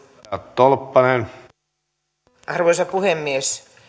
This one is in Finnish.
arvoisa puhemies